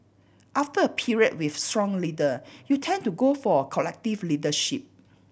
after a period with a strong leader you tend to go for a collective leadership